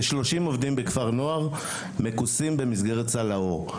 כ-30 עובדים בכפר הנוער מכוסים במסגרת סל האור.